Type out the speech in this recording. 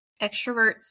extroverts